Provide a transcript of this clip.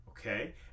Okay